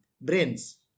brains